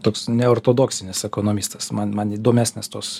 toks neortodoksinis ekonomistas man man įdomesnės tos